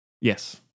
Yes